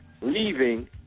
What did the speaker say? leaving